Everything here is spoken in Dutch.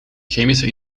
chemische